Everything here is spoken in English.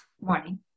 Morning